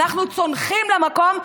אנחנו צונחים למקום,